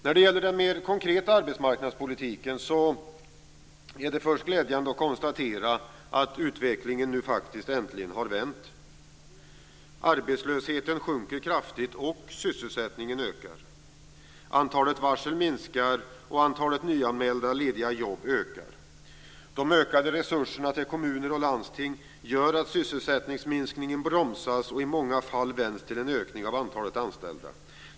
När det gäller den mer konkreta arbetsmarknadspolitiken är det först glädjande att konstatera att utvecklingen nu faktiskt äntligen har vänt. Arbetslösheten sjunker kraftigt, och sysselsättningen ökar. Antalet varsel minskar och antalet nyanmälda lediga jobb ökar. De ökade resurserna till kommuner och landsting gör att sysselsättningsminskningen bromsas och i många fall vänds till en ökning av antalet anställda.